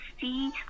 see